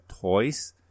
Toys